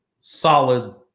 solid